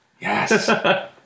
yes